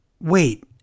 Wait